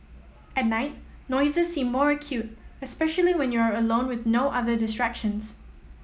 at night noises seem more acute especially when you are alone with no other distractions